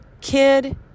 kid